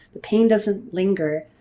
the pain doesn't linger.